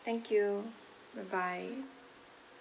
thank you bye bye